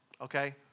okay